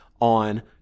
on